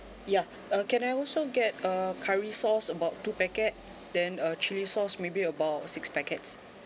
yeah uh can I also get uh curry sauce about two packet then uh chili sauce maybe about six packets